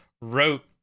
wrote